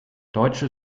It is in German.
deutsche